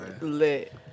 lit